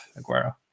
Aguero